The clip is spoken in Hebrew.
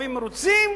התושבים מרוצים?